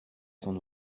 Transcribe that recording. son